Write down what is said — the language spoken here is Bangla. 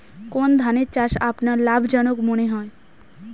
কোন ধানের চাষ আপনার লাভজনক মনে হয়?